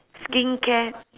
skincare